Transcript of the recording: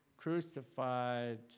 crucified